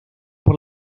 por